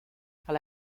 car